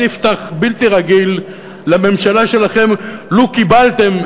ספתח בלתי רגיל לממשלה שלכם לו קיבלתם,